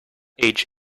age